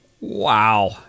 Wow